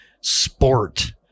sport